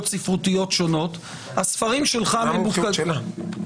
ספרותיות שונות --- מה המומחיות שלה?